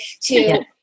to-